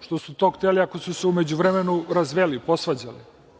što su to hteli se u međuvremenu razvedu, posvađaju?